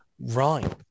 Right